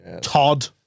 Todd